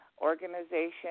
organization